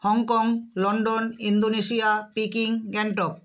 Hong Kong London Indonesia Peking Gangtok